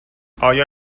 آیا